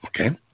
okay